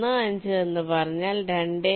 15 എന്ന് പറഞ്ഞാൽ 2